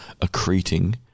accreting